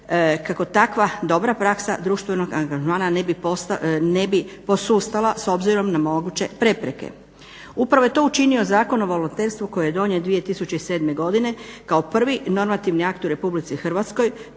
kako takva dobra praksa društvenog angažmana ne bi posustala s obzirom na moguće prepreke. Upravo je to učinio Zakon o volonterstvu koji je donijet 2007. godine kao prvi normativni akt u Republici Hrvatskoj